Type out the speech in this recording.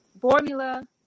formula